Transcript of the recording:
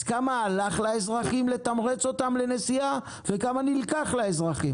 אז כמה הלך לאזרחים לתמרץ אותם לנסיעה וכמה נלקח מהאזרחים?